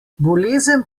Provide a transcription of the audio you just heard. bolezen